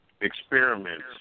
experiments